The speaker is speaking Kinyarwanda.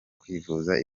kwivuza